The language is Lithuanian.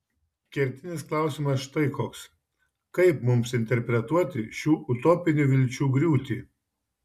kertinis klausimas štai koks kaip mums interpretuoti šių utopinių vilčių griūtį